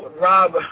Rob